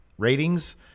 Ratings